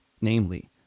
namely